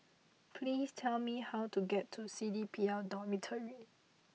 please tell me how to get to C D P L Dormitory